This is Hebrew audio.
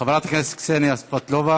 חברת הכנסת קסניה סבטלובה,